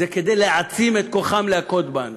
זה כדי להעצים את כוחם להכות בנו.